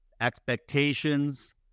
expectations